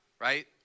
right